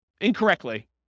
incorrectly